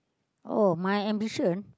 oh my ambition